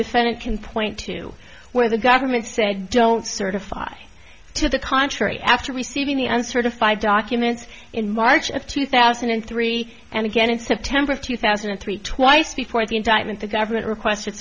defendant can point to where the government said don't certify to the contrary after receiving the uncertified documents in march of two thousand and three and again in september two thousand and three twice before the indictment the government requested